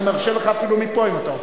אני מרשה לך אפילו מפה, אם אתה רוצה.